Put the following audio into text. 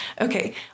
Okay